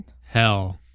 Hell